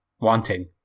wanting